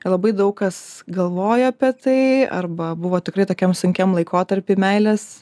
labai daug kas galvojo apie tai arba buvo tikrai tokiam sunkiam laikotarpy meilės